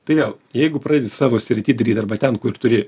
tai vėl jeigu pradedi savo srity daryt arba ten kur turi